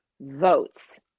votes